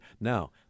now